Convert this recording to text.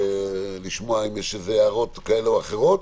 אפשר לשמוע אם יש הערות כאלה או אחרות.